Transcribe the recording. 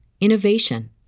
innovation